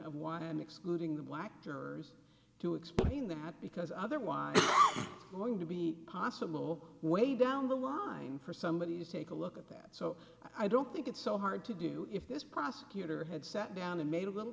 i'm excluding the black jurors to explain them not because otherwise we're going to be possible way down the line for somebody to take a look at that so i don't think it's so hard to do if this prosecutor had sat down and made a little